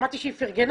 שמעתי שהיא פרגנה,